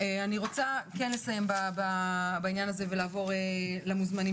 אני רוצה כן לסיים בעניין הזה ולעבור למוזמנים